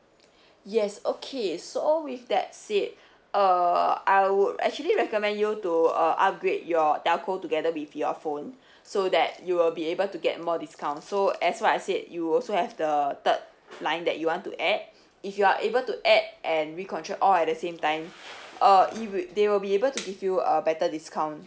yes okay so with that said uh I would actually recommend you to uh upgrade your telco together with your phone so that you will be able to get more discount so as what I've said you will also have the third line that you want to add if you are able to add and re contract all at the same time uh it will they will be able to give you a better discount